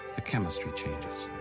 the chemistry changes.